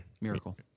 Miracle